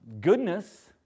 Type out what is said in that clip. goodness